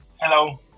Hello